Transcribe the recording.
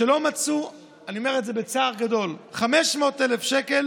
ולא מצאו, אני אומר את זה בצער גדול, 500,000 שקל